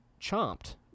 chomped